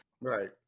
Right